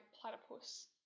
platypus